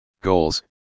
goals